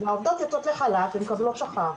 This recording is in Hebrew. העובדות יוצאות לחל"ת, הן מקבלות שכר.